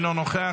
אינו נוכח,